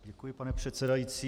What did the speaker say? Děkuji, pane předsedající.